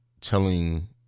telling